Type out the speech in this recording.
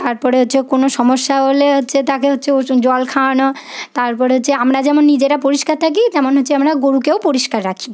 তারপরে হচ্ছে কোনো সমস্যা হলে হচ্ছে তাকে হচ্ছে জল খাওয়ানো তারপর হচ্ছে যেমন আমরা নিজেরা যেমন পরিষ্কার থাকি তেমন হচ্ছে আমরা গরুকেও পরিষ্কার রাখি